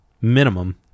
Minimum